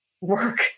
work